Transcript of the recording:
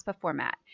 format